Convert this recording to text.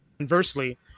Conversely